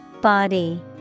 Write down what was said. Body